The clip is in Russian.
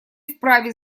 вправе